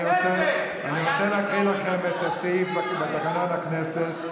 אני רוצה להקריא לכם את הסעיף בתקנון הכנסת,